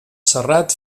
serrat